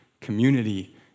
community